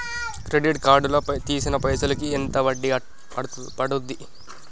Credit card లా తీసిన పైసల్ కి ఎంత వడ్డీ పండుద్ధి?